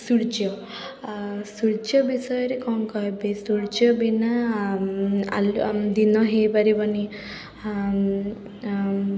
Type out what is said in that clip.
ସୂର୍ଯ୍ୟ ସୂର୍ଯ୍ୟ ବିଷୟରେ କ'ଣ କହିବି ସୂର୍ଯ୍ୟ ବିନା ଦିନ ହେଇପାରିବନି